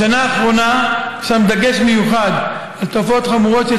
בשנה האחרונה הושם דגש מיוחד על תופעות חמורות של